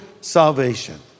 salvation